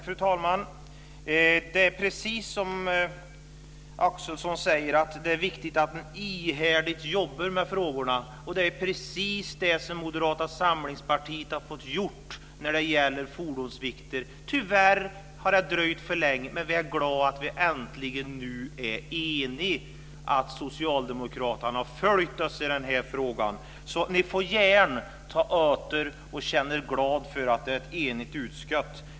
Fru talman! Det är precis som Christina Axelsson säger, att det är viktigt att man ihärdigt jobbar med frågorna. Och det är precis det som Moderata samlingspartiet har fått göra när det gäller fordonsvikter. Tyvärr har det dröjt för länge. Men vi är glada att vi nu äntligen är eniga och att Socialdemokraterna har följt oss i den här frågan. Så ni får gärna ta åt er och känna er glada över att det är ett enigt utskott.